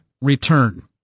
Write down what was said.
return